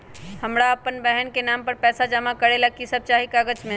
हमरा अपन बहन के नाम पर पैसा जमा करे ला कि सब चाहि कागज मे?